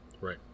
Right